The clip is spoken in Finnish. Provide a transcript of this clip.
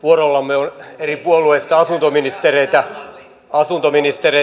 vuorollamme on eri puolueista asuntoministereitä ollut